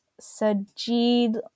Sajid